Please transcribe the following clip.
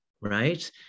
right